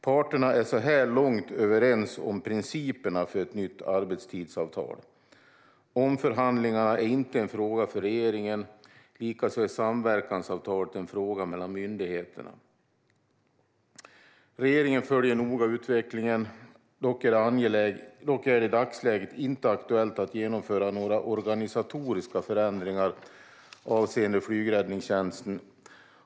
Parterna är så här långt överens om principerna för ett nytt arbetstidsavtal. Omförhandlingarna är inte en fråga för regeringen. Likaså är samverkansavtalet en fråga mellan myndigheterna. Regeringen följer noga utvecklingen. Dock är det i dagsläget inte aktuellt att genomföra några organisatoriska förändringar avseende flygräddningstjänsten.